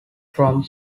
from